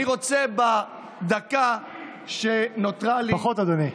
אני רוצה, בדקה שנותרה לי, פחות, אדוני.